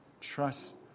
trust